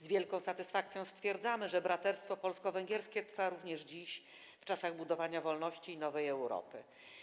Z wielką satysfakcją stwierdzamy, że braterstwo polsko-węgierskie trwa również dziś, w czasach budowania wolności i nowej Europy.